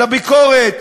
אל הביקורת,